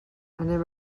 anem